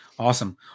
Awesome